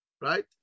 right